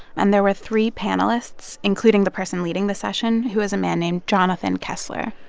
and there were three panelists, including the person leading the session, who was a man named jonathan kessler.